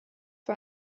für